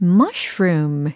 mushroom